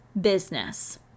business